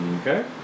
Okay